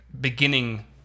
beginning